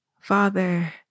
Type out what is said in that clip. Father